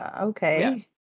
Okay